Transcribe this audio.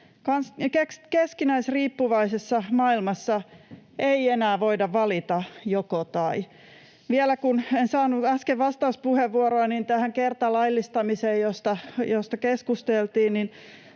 Keskinäisriippuvaisessa maailmassa ei enää voida valita joko tai. Vielä, kun en saanut äsken vastauspuheenvuoroa, tähän kertalaillistamiseen, josta keskusteltiin: